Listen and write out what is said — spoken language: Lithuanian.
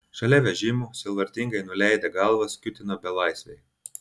šalia vežimų sielvartingai nuleidę galvas kiūtino belaisviai